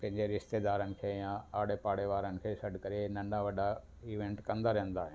पंहिंजे रिश्तेदारनि खे या आड़े पाड़े वारनि खे सॾु करे ऐ नंढा वॾा ईवेंट कंदा रहंदा आहियूं